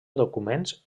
documents